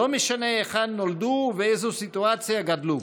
לא משנה היכן נולדו ובאיזו סיטואציה גדלו,